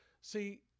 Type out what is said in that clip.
See